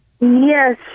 Yes